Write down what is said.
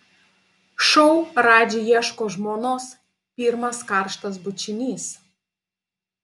šou radži ieško žmonos pirmas karštas bučinys